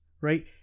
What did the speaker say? right